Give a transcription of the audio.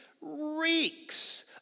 reeks